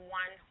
one